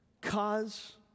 cause